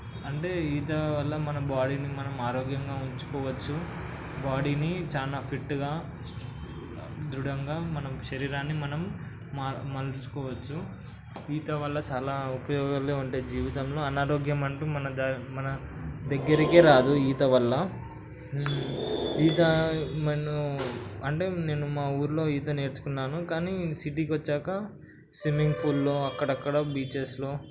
అంటే ఈత వల్ల మన బాడీని మనం ఆరోగ్యంగా ఉంచుకోవచ్చు బాడీని చాలా ఫిట్గా దృఢంగా మన శరీరాన్ని మనం మలచుకోవచ్చు ఈత వల్ల చాలా ఉపయోగాలే ఉన్నాయి జీవితంలో అనారోగ్యం అంటూ మన మన దగ్గరికే రాదు ఈత వల్ల ఈత నేను అంటే నేను మా ఊళ్ళో ఈత నేర్చుకున్నాను కానీ సిటీకి వచ్చాక స్విమ్మింగ్ పూల్లో అక్కడ అక్కడ బీచెస్లో